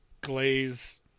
glaze